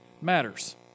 matters